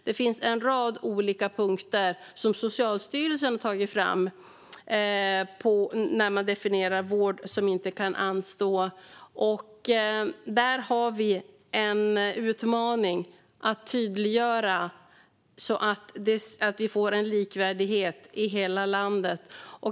Det finns en rad olika punkter som Socialstyrelsen har tagit fram när man definierar vård som inte kan anstå, och vi har en utmaning när det gäller att tydliggöra detta så att vi kan få en likvärdighet i hela landet.